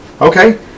Okay